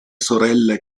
sorelle